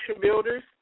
builders